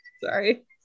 sorry